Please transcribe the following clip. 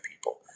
people